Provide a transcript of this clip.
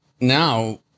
now